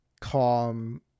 calm